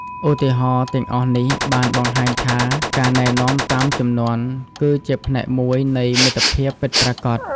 ឧទាហរណ៍ទាំងអស់នេះបានបង្ហាញថាការណែនាំតាមជំនាន់ គឺជាផ្នែកមួយនៃមិត្តភាពពិតប្រាកដ។